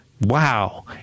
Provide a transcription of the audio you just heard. Wow